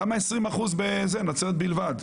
למה 20% בנצרת בלבד?